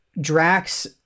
Drax